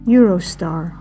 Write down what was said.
Eurostar